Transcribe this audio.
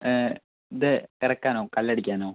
ഇത് ഇറക്കാനോ കല്ല് അടിക്കാനോ